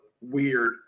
weird